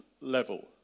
level